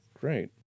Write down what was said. great